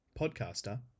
podcaster